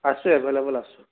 আছোঁ এভেইলেবল আছোঁ